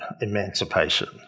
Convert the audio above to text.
emancipation